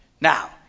Now